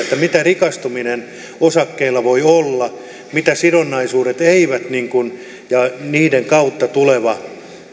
mitä rikastuminen osakkeilla voi olla miten sidonnaisuudet ja niiden kautta tuleva